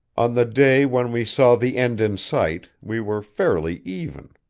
on the day when we saw the end in sight, we were fairly even.